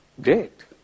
great